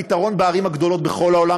זה הפתרון בערים הגדולות בכל העולם,